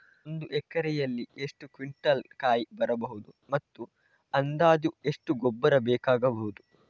ಒಂದು ಎಕರೆಯಲ್ಲಿ ಎಷ್ಟು ಕ್ವಿಂಟಾಲ್ ಕಾಯಿ ಬರಬಹುದು ಮತ್ತು ಅಂದಾಜು ಎಷ್ಟು ಗೊಬ್ಬರ ಬೇಕಾಗಬಹುದು?